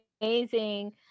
amazing